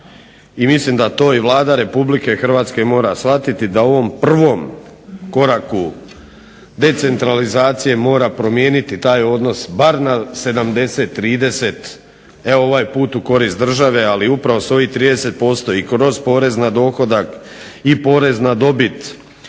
i mislim da to i Vlada Republike Hrvatske mora shvatiti da u ovom prvom koraku decentralizacije mora promijeniti taj odnos bar na 70, 30 evo ovaj put u korist države. Ali upravo sa ovih 30% i kroz porez na dohodak i porez na dobit,